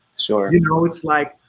so um you know it's like,